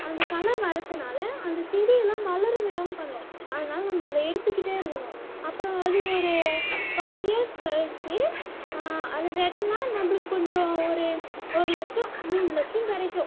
அந்த களை வரத்துனால் அந்த செடிலாம் வளர விடாமல் பண்ணணும் அதனால் நம்ம அதை எடுத்துக்கிட்டே இருக்கணும் அப்புறம் அது ஒரு ஃபைவ் இயர்ஸ் கழித்து அதை வெட்டுன்னா நம்மளுக்கு கொஞ்சம் ஒரு ஒரு லட்சம் மூணு லட்சம் கிடைக்கும்